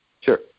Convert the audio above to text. Sure